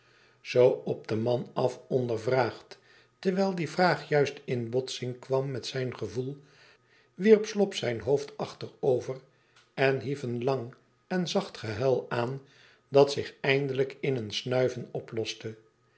zoo op den man af ondergevraagd terwijl die vraag juist in botsing kwam met zijn gevoel wierp slop zijn hoofd achterover en hief een lang en zacht gehuil aan dat zich eindelijk in een snuiven oploste